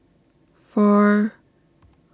four